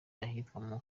ahitwa